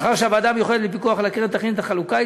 לאחר שהוועדה המיוחדת לפיקוח על הקרן תכין את החלוקה,